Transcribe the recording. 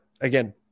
again